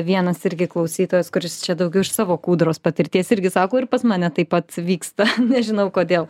vienas irgi klausytojas kuris čia daugiau iš savo kūdros patirties irgi sako ir pas mane taip pat vyksta nežinau kodėl